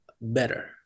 better